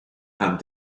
have